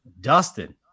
Dustin